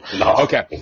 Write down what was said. Okay